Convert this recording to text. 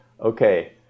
Okay